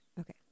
Okay